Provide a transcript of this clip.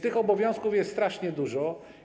Tych obowiązków jest więc strasznie dużo.